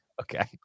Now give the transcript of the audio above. Okay